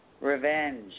Revenge